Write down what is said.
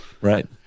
Right